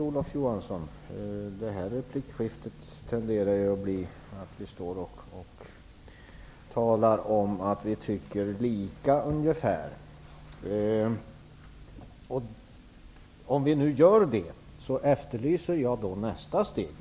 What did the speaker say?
Fru talman! Det här replikskiftet, Olof Johansson, visar på en tendens till att vi tycker ungefär lika. Om vi nu gör det, efterlyser jag nästa steg.